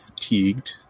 fatigued